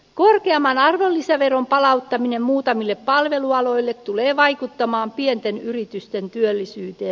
korkeamman arvonlisäveron palauttaminen muutamille palvelualoille tulee vaikuttamaan pienten yritysten työllisyyteen